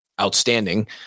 outstanding